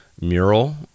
Mural